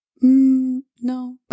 No